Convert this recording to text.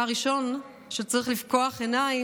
אתה הראשון שצריך לפקוח עיניים,